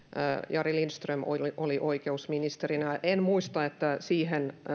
jari lindström oli oikeusministerinä en muista että siihen